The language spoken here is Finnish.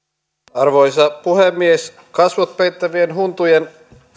arvoisa puhemies kasvot peittävien huntujen